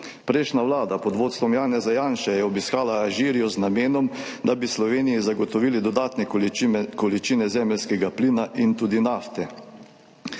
Prejšnja vlada pod vodstvom Janeza Janše je obiskala Alžirijo z namenom, da bi Sloveniji zagotovili dodatne količine zemeljskega plina in tudi nafte.